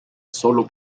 solo